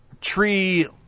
tree